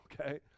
okay